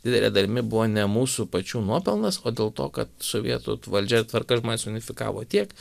didele dalimi buvo ne mūsų pačių nuopelnas o dėl to kad sovietų valdžia tvarka žmones unifikavo tiek